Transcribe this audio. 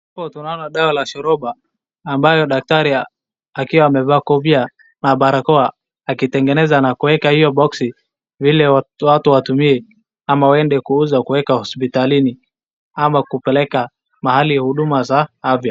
Hapo tunaona dawa la shoroba, ambayo daktari akiwa amevaa kofia na barakoa, akitengeneza na kueka hiyo boxi ili watu watumie ama waende kuuza kuweka hospitalini ama kupeleka mahali huduma za afya.